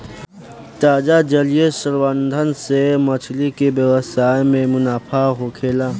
ताजा जलीय संवर्धन से मछली के व्यवसाय में मुनाफा होखेला